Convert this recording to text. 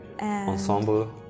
Ensemble